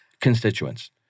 constituents